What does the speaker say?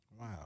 Wow